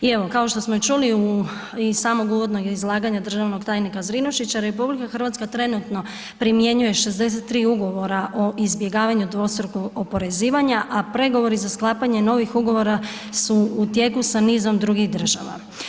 I evo, kao što smo i čuli, iz samog državnog izlaganja državnog tajnika Zrinušića, RH trenutno primjenjuje 63 ugovora o izbjegavanju dvostrukog oporezivanja, a pregovori za sklapanje novih ugovora su u tijeku sa nizom drugih država.